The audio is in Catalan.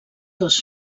dos